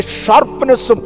sharpness